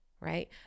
right